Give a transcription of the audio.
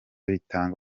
bitanga